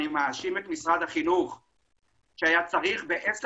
אני מאשים את משרד החינוך שהיה צריך בעשר